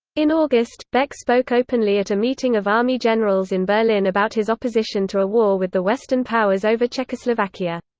in august, beck spoke openly at a meeting of army generals in berlin about his opposition to a war with the western powers over czechoslovakia.